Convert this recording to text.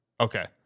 okay